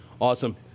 Awesome